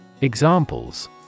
Examples